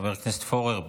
חבר הכנסת פורר,